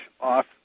off